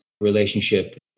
relationship